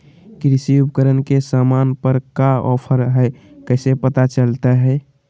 कृषि उपकरण के सामान पर का ऑफर हाय कैसे पता चलता हय?